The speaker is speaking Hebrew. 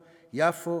יפו,